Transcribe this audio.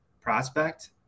prospect